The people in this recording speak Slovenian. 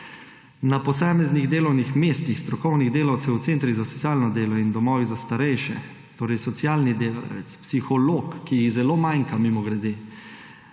Na posameznih delovnih mestih strokovnih delavcev v centrih za socialno delo in domovih za starejše, torej socialni delavec, psiholog, ki jih zelo manjka mimogrede,